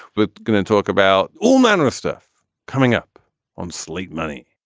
we're going to talk about all manner of stuff coming up on slate money